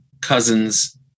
cousin's